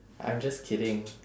I'm just kidding